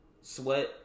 sweat